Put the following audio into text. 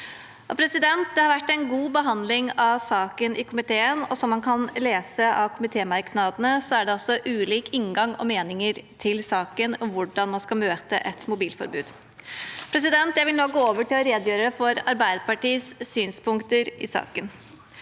Det har vært en god behandling av saken i komiteen, og som man kan lese av komitémerknadene, er det ulik inngang til og meninger i saken om hvordan man skal møte et mobilforbud. Jeg vil nå gå over til å redegjøre for Arbeiderpartiets synspunkter i saken.